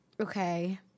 Okay